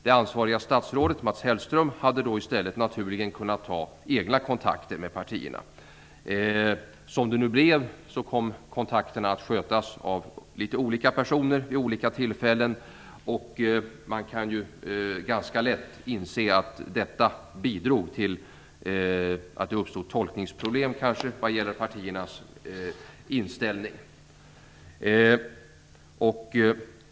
Det ansvariga statsrådet Mats Hellström hade då i stället naturligen kunnat ta egna kontakter med partierna. Som det nu blev kom kontakterna att skötas av olika personer vid olika tillfällen. Man kan ganska lätt inse att detta bidrog till att det uppstod tolkningsproblem vad gäller partiernas inställning.